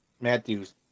Matthew's